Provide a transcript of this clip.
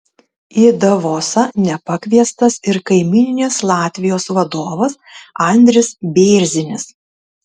į davosą nepakviestas ir kaimyninės latvijos vadovas andris bėrzinis